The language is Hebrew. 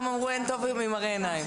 אין טוב ממראה עיניים.